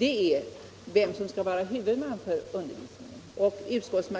är vem som skall vara huvudman för utbildningen.